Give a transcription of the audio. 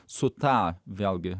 su tą vėlgi